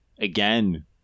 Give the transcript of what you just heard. again